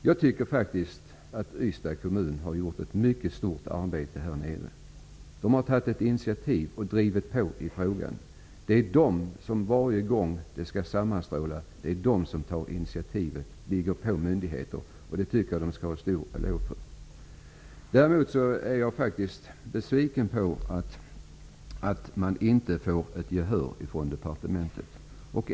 Jag tycker faktiskt att Ystads kommun har utfört ett omfattande arbete. Man har tagit ett initiativ och drivit på i frågan. Varje gång man skall sammanstråla har initiativet tagits från Ystad. Man har legat på myndigheterna. Det tycker jag att Ystads kommun skall ha en stor eloge för. Däremot är jag faktiskt besviken på att kommunen inte får något gehör från departementet.